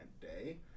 day